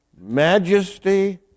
majesty